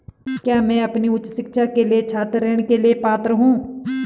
क्या मैं अपनी उच्च शिक्षा के लिए छात्र ऋण के लिए पात्र हूँ?